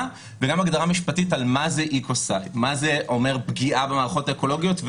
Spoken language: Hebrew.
וגם הגדרה משפטית על מה זה אומר פגיעה במערכות האקולוגיות.